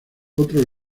otro